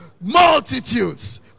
multitudes